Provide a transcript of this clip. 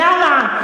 למה?